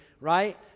right